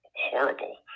horrible